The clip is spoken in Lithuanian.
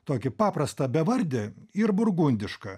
tokį paprastą bevardį ir burgundišką